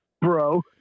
bro